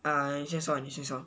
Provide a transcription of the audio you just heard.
uh 你先说你先说